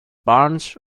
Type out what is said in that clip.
barred